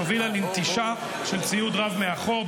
שהובילה לנטישה של ציוד רב מאחור,